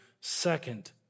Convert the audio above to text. second